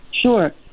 Sure